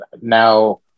Now